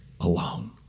alone